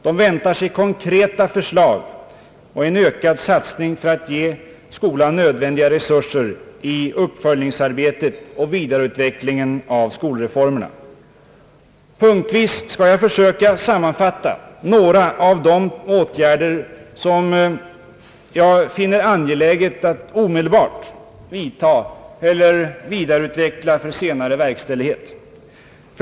De väntar sig konkreta förslag och en ökad satsning för att ge skolan nödvändiga resurser i uppföljningsarbetet och vidareutvecklingen av skolreformerna. Punktvis skall jag försöka sammanfatta några av de åtgärder som jag finner angeläget att omedelbart vidta eller vidareutveckla för senare verkställigbet.